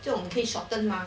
这种可以 shorten mah